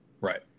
right